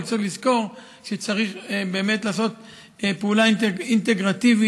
אבל צריך לזכור שצריך לעשות פעולה אינטגרטיבית,